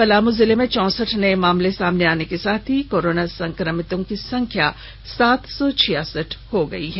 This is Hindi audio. पलामू जिले में चौंसठ नये मामले सामने आने के साथ ही कोरोना संक्रमितों की संख्या सात सौ छियासठ हो गयी है